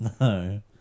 No